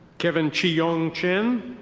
kevin chiyung chen.